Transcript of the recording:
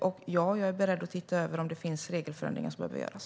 Och ja, jag är beredd att se över om det finns regelförändringar som behöver göras.